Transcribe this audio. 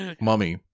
mummy